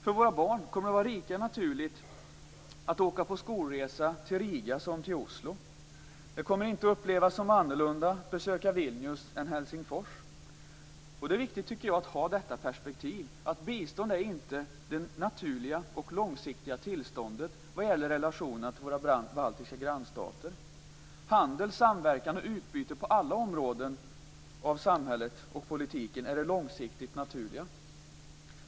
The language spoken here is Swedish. För våra barn kommer det att vara lika naturligt att åka på skolresa till Riga som till Oslo. Det kommer inte att upplevas som annorlunda att besöka Vilnius än Helsingfors. Jag tycker att det är viktigt att ha detta perspektiv: Bistånd är inte det långsiktigt naturliga tillståndet vad gäller relationen till våra baltiska grannstater. Handel, samverkan och utbyte på alla områden av samhället och politiken är det långsiktigt naturliga.